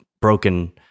broken